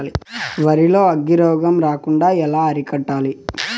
వరి లో అగ్గి రోగం రాకుండా ఎలా అరికట్టాలి?